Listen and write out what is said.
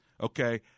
okay